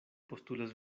postulas